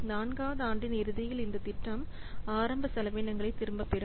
4 ஆம் ஆண்டின் இறுதியில் இந்த திட்டம் ஆரம்ப செலவினங்களை திரும்பப் பெறும்